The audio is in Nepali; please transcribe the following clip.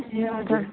ए हजुर